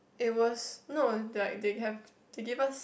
it was no like they have to give us